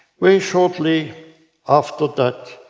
very shortly after that,